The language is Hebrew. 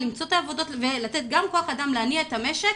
למצוא את העבודות ולתת גם כוח אדם להניע את המשק.